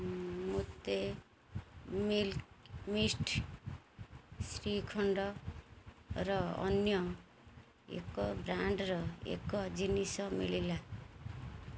ମୋତେ Milky Mist ଶ୍ରୀଖଣ୍ଡର ଅନ୍ୟ ଏକ ବ୍ରାଣ୍ଡ୍ର ଏକ ଜିନିଷ ମିଳିଲା